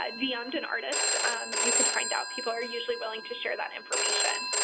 a dm'ed an artist you could find out. people are usually willing to share that information.